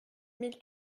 mille